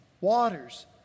waters